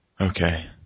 Okay